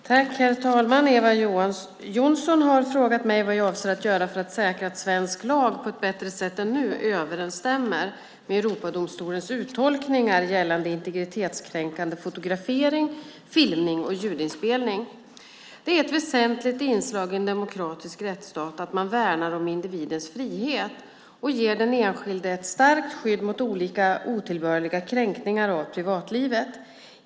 Herr talman! Eva Johnsson har frågat mig vad jag avser att göra för att säkra att svensk lag på ett bättre sätt än nu överensstämmer med Europadomstolens uttolkningar gällande integritetskränkande fotografering, filmning och ljudinspelning. Det är ett väsentligt inslag i en demokratisk rättsstat att man värnar om individens frihet och ger den enskilde ett starkt skydd mot olika otillbörliga kränkningar av privatlivet.